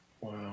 Wow